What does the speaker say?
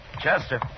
Chester